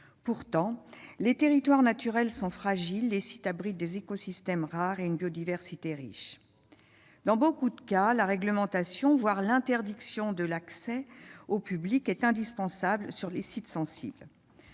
Pourtant, les territoires naturels sont fragiles, les sites abritent des écosystèmes rares et une biodiversité riche. Dans beaucoup de cas, la réglementation, voire l'interdiction de l'accès au public, est indispensable sur les sites sensibles.